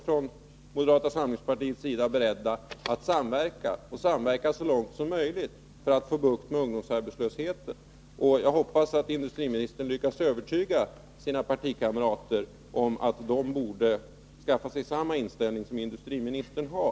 Från moderata samlingspartiets sida är vi också beredda att samverka så långt som möjligt för att få bukt med ungdomsarbetslösheten. Jag hoppas att industriministern lyckas övertyga sina partikamrater om att de borde skaffa sig samma inställning som industriministern har.